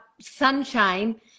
sunshine